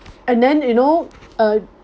and then you know uh